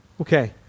Okay